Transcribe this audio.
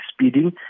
speeding